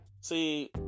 See